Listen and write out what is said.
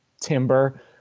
timber